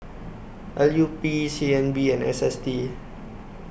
L U P C N B and S S T